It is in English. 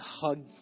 hug